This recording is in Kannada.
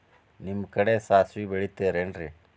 ನಿಮ್ಮ ಕಡೆ ಸಾಸ್ವಿ ಬೆಳಿತಿರೆನ್ರಿ?